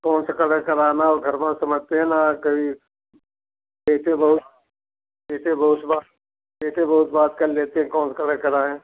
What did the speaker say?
कौन सा कलर कराना है वह घर वर समझते हैं ना कोई एक बॉस एक बोस बा एक बॉस से बात कर लेते हैं कौन कलर कराएँ